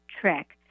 trick